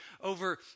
over